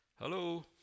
Hello